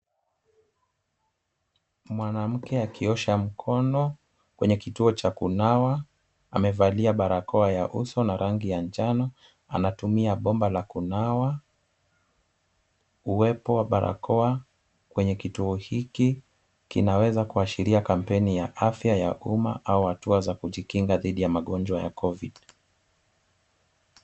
Mwanamke akiosha mkono, kwenye kituo cha kunawa, amevalia barakoa ya uso na rangi ya njano, anatumia bomba la kunawa. Uwepo wa barakoa, kwenye kituo hiki, kinaweza kuashiria kampeni ya afya ya umma au hatua ya kujikinga dhidi ya magonjwa ya COVID.